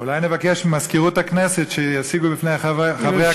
אולי נבקש ממזכירות הכנסת שיציגו בפני חברי